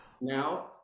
now